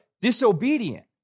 disobedient